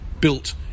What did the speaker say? built